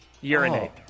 Urinate